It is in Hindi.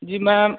जी मैम